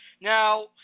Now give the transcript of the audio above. Now